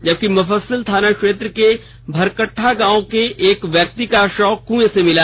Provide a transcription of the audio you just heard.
जबकि मुफस्सिल थाना क्षेत्र के भरकठा गांव में एक व्यक्ति का शव कुँआ से मिला